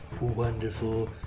wonderful